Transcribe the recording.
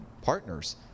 partners